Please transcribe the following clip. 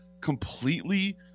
completely